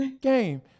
game